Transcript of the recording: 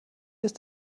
ist